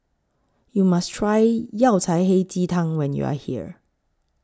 YOU must Try Yao Cai Hei Ji Tang when YOU Are here